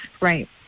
Right